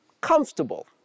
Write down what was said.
comfortable